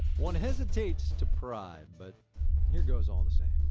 one hesitates to pry, but here goes all the same.